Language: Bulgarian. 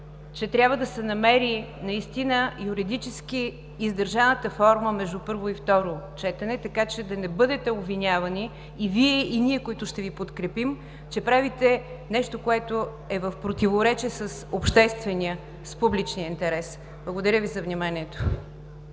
че трябва да се намери наистина юридически издържаната форма между първо и второ четене, така че да не бъдете обвинявани и Вие, и ние, които ще Ви подкрепим, че правите нещо, което е в противоречие с обществения, с публичния интерес. Благодаря Ви за вниманието.